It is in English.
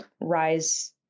rise